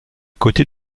côté